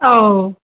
औ